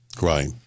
right